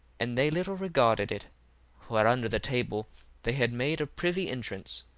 and they little regarded it for under the table they had made a privy entrance,